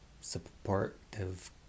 supportive